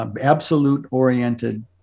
absolute-oriented